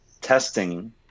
testing